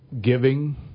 giving